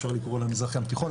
אפשר לקרוא לה מזרח ים תיכון,